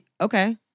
Okay